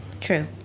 True